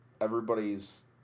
everybody's